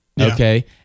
Okay